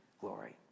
glory